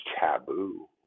taboo